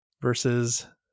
versus